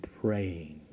praying